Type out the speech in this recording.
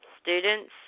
Students